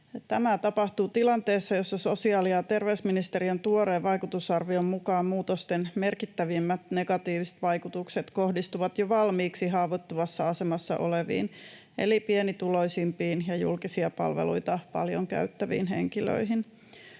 Tämä tapahtuu tilanteessa, jossa sosiaali- ja terveysministeriön tuoreen vaikutusarvion mukaan muutosten merkittävimmät negatiiviset vaikutukset kohdistuvat jo valmiiksi haavoittuvassa asemassa oleviin eli pienituloisimpiin ja julkisia palveluita paljon käyttäviin henkilöihin.